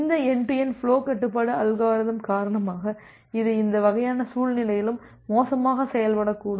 இந்த end to end flow கட்டுப்பாட்டு algorithm காரணமாக இது இந்த வகையான சூழ்நிலையிலும் மோசமாக செயல்படக்கூடும்